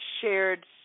shared